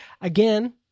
Again